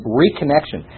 reconnection